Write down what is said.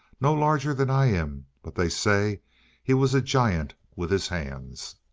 no larger than i am, but they say he was a giant with his hands.